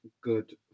good